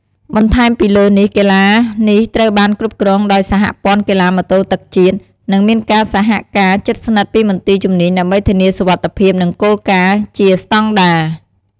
បន្ថែមពីលើនេះ កីឡានេះត្រូវបានគ្រប់គ្រងដោយសហព័ន្ធកីឡាម៉ូតូទឹកជាតិ និងមានការសហការជិតស្និទ្ធពីមន្ទីរជំនាញដើម្បីធានាសុវត្ថិភាព និងគោលការណ៍ជាស្តង់ដារ។